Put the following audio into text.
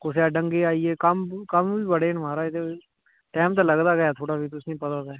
कुसै दे डंगे आइये कम्म कम्म बी बड़े न माराज ते टैम ते लगदा गै ऐ थोह्ड़ा भी तुसें ई पता ते ऐ